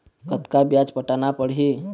कतका ब्याज पटाना पड़ही?